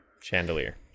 Chandelier